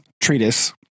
treatise